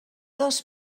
dos